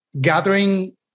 gathering